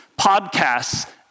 podcasts